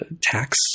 tax